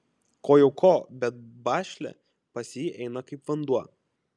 ko jau ko bet bašlia pas jį eina kaip vanduo